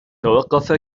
توقف